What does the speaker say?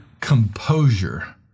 composure